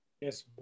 Yes